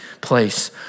place